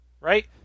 right